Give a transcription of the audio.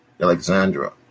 Alexandra